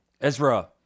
Ezra